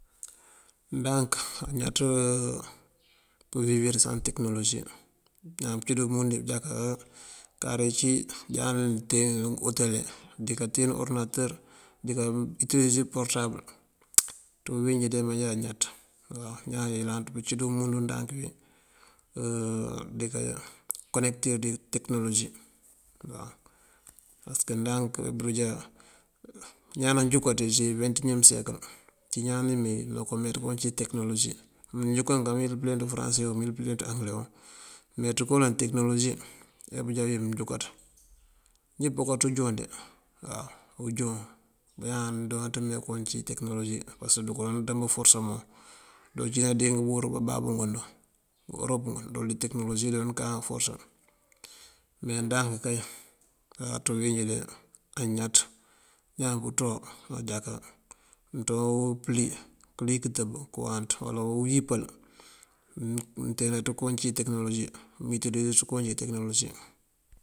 Ndank añaţ pëwibërir saŋ tekënologi ñaan pëncí ţí umundu wí pënjáka kari cí jata nteen utele díka teen uworëdinatër dika utilizer porëtabël ţí bíwínjí de mënjá añaţ waw. Ñaan yëlanţ pëncí dí umundu ndank wí dika konekëtir dí tekënologi waw. Pasëk ndank bunjá ñaan nanjukati ţí venti uñem siyëkël aci ñaan ní mee nokomeeţ koo uncí tekënologi. Mí jukank amëyël pëlënt fëranse mêyël pëlenţ uwangële uwumënţ koloŋ dí tekënologi ajá bunjá mënjúun káaţ. Njí pookat unjon de waw, unjon bañaan dooţ mee koowí uncí tekënologi pasëk doonko dooţ dëmb uforêsa mon. Adoon cína di ngëmburu bababú ngun dun. Ngë ërop ngun, dul di tekënologi doonu kana uforësa. Me ndank kay ţí bíwínjí de añaţ ñaan pënţuwa ajaka mënţuwa pëlí këlí këntëb këwáanţ uwala uyimpal mënteenaţ koo uncí tekënologi mewitilizirët koo uncí tekënologi.